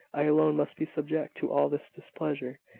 i alone must be subject to all this displeasure,